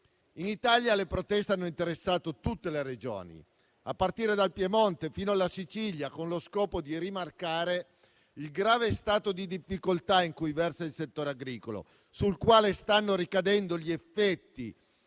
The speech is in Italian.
In Italia le proteste hanno interessato tutte le Regioni, a partire dal Piemonte fino alla Sicilia, con lo scopo di rimarcare il grave stato di difficoltà in cui versa il settore agricolo, sul quale stanno ricadendo gli effetti